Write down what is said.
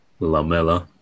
Lamella